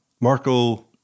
Marco